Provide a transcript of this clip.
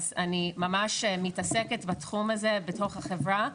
אז אני ממש מתעסקת בתחום הזה בתוך החברה,